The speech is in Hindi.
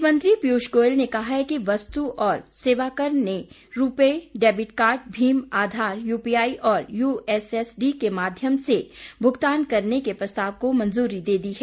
वित्त मंत्री पीयूष गोयल ने कहा है कि वस्तु और सेवाकर कर ने रूपे डेबिट कार्ड भीम आधार यूपीआई और यूएसएसडी के माध्यम से भुगतान करने के प्रस्ताव को मंजूरी दे दी है